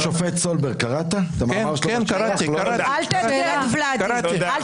סגלוביץ', הוא עדיין